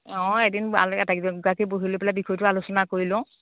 অঁ এদিন আটাইকেইগৰাকী বহি লৈ বিষয়টো আলোচনা কৰি লওঁ